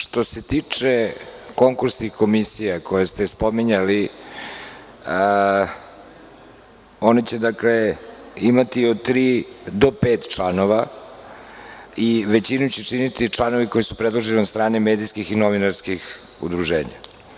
Što se tiče konkursnih komisija koje ste spominjali, oni će dakle imati od tri do pet članova i većini će činiti članovi koji su predloženi od strane medijskih i novinarskih udruženja.